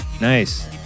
Nice